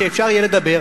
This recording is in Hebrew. שאפשר יהיה לדבר.